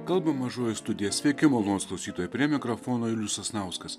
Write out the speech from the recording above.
kalba mažoji studija sveiki malonūs klausytojai prie mikrofono julius sasnauskas